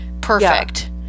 perfect